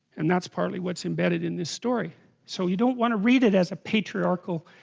and that's partly what's embedded in this story so you, don't want to read it as a patriarchal